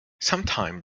sometime